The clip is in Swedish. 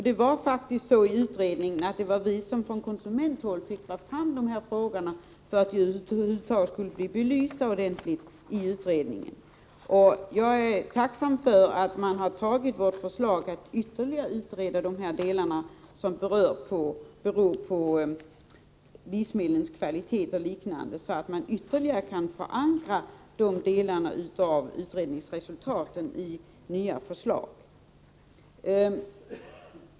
Det var faktiskt så att det var vi från konsumenthåll som fick dra fram dem för att de över huvud taget skulle bli belysta ordentligt i utredningen. Jag är tacksam för att man har antagit vårt förslag om att ytterligare utreda de effekter som beror på livsmedlens kvalitet och liknande, så att man ytterligare kan förankra de delarna av utredningens resultat i nya förslag.